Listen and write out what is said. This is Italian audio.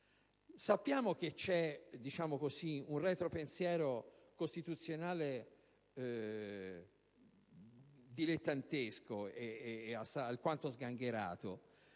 Sappiamo che c'è un retropensiero costituzionale, dilettantesco e alquanto sgangherato,